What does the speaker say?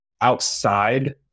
outside